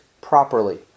properly